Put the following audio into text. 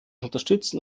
unterstützen